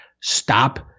Stop